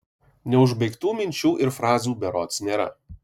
neužbaigtų minčių ir frazių berods nėra